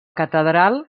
catedral